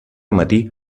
matí